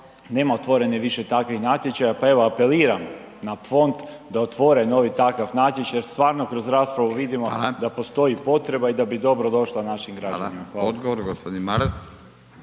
nema otvorenih više takvih natječaja, pa evo apeliram na fond da otvori novi takav natječaj jer stvarno kroz raspravu vidimo da postoji …/Upadica: Hvala./… potreba i da bi dobro došla našim građanima. **Radin, Furio